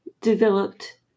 developed